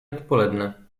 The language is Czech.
odpoledne